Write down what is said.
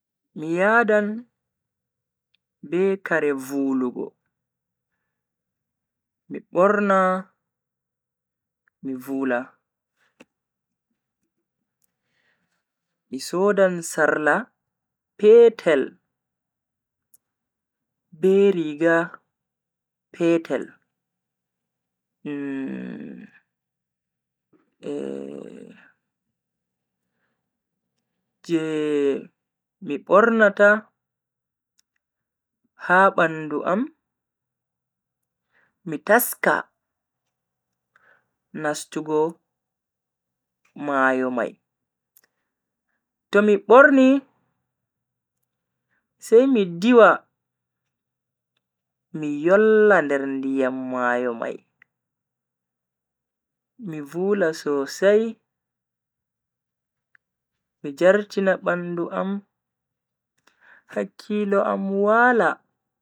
Mi yadan be kare vulugo, mi borna mi vula. Mi sodan sarla petel be riga petel je mi bornata ha bandu am mi taska nastugo mayo mai. to mi borni sai mi diwa mi yolla nder ndiyam mayo mai MI vula sosai mi jartina bandu am hakkilo am Wala.